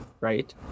right